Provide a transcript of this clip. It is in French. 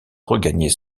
regagner